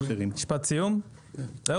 הילה, את תרצי להתייחס?